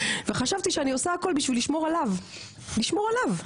וחשבתי שאני עושה הכל בשביל לשמור עליו לשמור עליו,